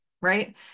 right